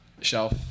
shelf